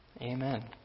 Amen